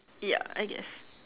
ya I guess